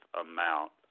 amount